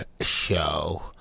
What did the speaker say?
show